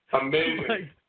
Amazing